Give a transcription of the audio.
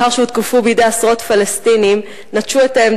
לאחר שהותקפו בידי עשרות פלסטינים,